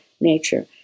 nature